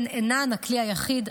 הם אינן הכלי היחיד,